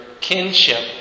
kinship